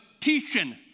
teaching